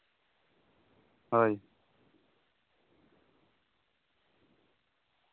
ᱦᱳᱭ